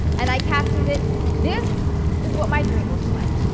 and i captioned it this is what my dream looks like,